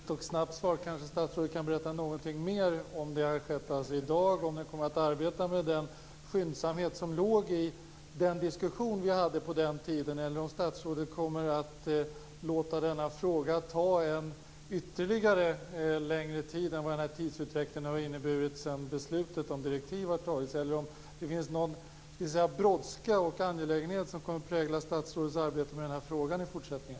Herr talman! Det var ett vänligt och snabbt svar. Kanske kan ståtsrådet berätta mera om den saken - om det har skett i dag, om kommittén kommer att arbeta med den skyndsamhet som låg i den diskussion som vi hade på den tiden, eller om statsrådet kommer att låta frågan ta ännu längre tid än vad den tidsutdräkt har inneburit som varit sedan beslutet om direktivet fattades. Kommer brådska och detta med att det är angeläget att prägla statsrådets arbete med frågan i fortsättningen?